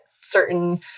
certain